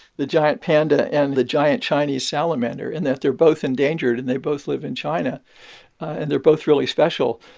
the giant panda and the giant chinese salamander, in that they're both endangered and they both live in china and they're both really special,